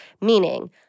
Meaning